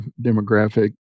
demographic